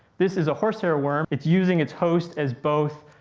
this is a horsehair worm, it's using its host as both